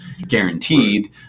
guaranteed